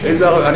על מה אתה מדבר.